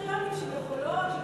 צריך שיהיו קריטריונים של יכולות,